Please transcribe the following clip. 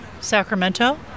Sacramento